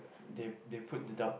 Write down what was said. they they put the duck